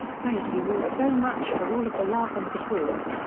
thank you all so much for all of the love and support.